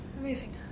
amazing